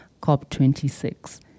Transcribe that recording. COP26